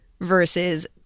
versus